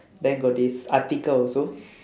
then got this atiqah also